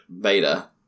beta